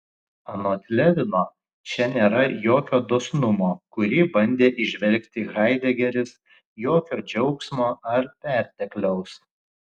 anot levino čia nėra jokio dosnumo kurį bandė įžvelgti haidegeris jokio džiaugsmo ar pertekliaus